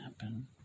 happen